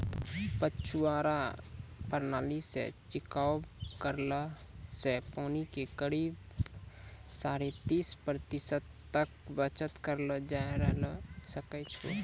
फव्वारा प्रणाली सॅ छिड़काव करला सॅ पानी के करीब साढ़े तीस प्रतिशत तक बचत करलो जाय ल सकै छो